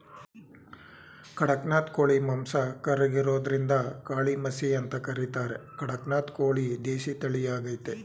ಖಡಕ್ನಾಥ್ ಕೋಳಿ ಮಾಂಸ ಕರ್ರಗಿರೋದ್ರಿಂದಕಾಳಿಮಸಿ ಅಂತ ಕರೀತಾರೆ ಕಡಕ್ನಾಥ್ ಕೋಳಿ ದೇಸಿ ತಳಿಯಾಗಯ್ತೆ